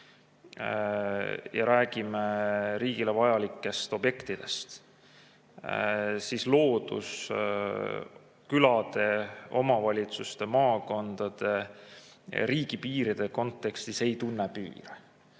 ja riigile vajalikest objektidest, siis loodus külade, omavalitsuste, maakondade ja riigipiiride kontekstis ei tunne piire.